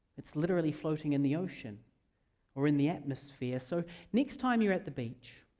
it's literally floating in the ocean or in the atmosphere. so next time you're at the beach,